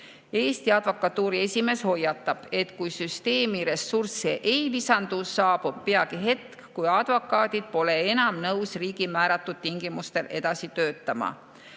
Eesti Advokatuuri esimees hoiatab, et kui süsteemi ressursse ei lisandu, saabub peagi hetk, kui advokaadid pole enam nõus riigi määratud tingimustel edasi töötama.